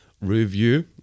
review